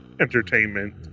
entertainment